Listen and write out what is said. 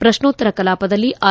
ಪ್ರಶ್ನೋತ್ತರ ಕೆಲಾಪದಲ್ಲಿ ಆರ್